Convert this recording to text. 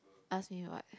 ask me what